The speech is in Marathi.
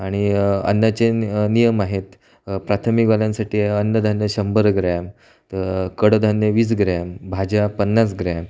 आणि अन्नाचे न नियम आहेत प्राथमिकवाल्यांसाठी अन्नधान्य शंभर ग्रॅम कडधान्य वीस ग्रॅम भाज्या पन्नास ग्रॅम